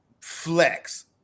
flex